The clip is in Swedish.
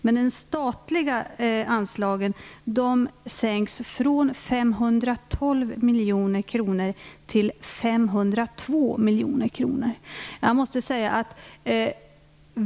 De statliga anslagen sänks från 512 miljoner kronor till 502 miljoner kronor.